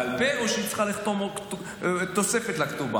בעל פה או שהיא צריכה תוספת לכתובה,